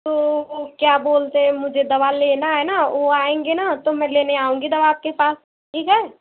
तो क्या बोलते हैं मुझे दवा लेना हैं न वो आएंगे न तो मैं लेने आऊँगी दवा आपके पास ठीक है